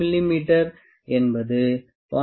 இது 0